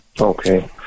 Okay